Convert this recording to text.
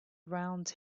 around